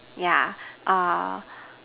yeah